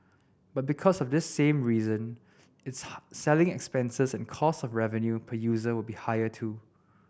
but because of this same reason its selling expenses and cost of revenue per user will be higher too